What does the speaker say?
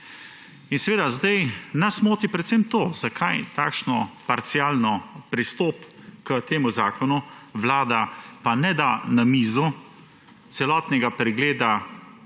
Seveda nas moti predvsem to, zakaj takšen parcialen pristop k temu zakonu, Vlada pa ne da na mizo celotnega pregleda,